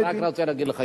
אני רק רוצה להגיד לך,